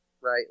right